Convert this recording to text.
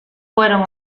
fueron